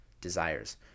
desires